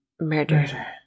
murder